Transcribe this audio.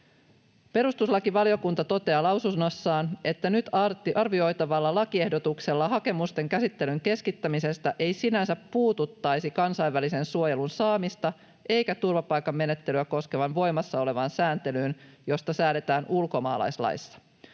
”Perustuslakivaliokunta toteaa lausunnossaan, että nyt arvioitavalla lakiehdotuksella hakemusten käsittelyn keskittämisestä ei sinänsä puututtaisi kansainvälisen suojelun saamista eikä turvapaikkamenettelyä koskevaan voimassa olevaan sääntelyyn, josta säädetään ulkomaalaislaissa.